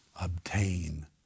obtain